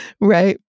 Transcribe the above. right